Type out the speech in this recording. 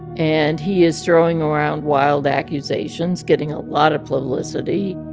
and he is throwing around wild accusations, getting a lot of publicity.